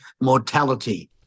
mortality